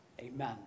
amen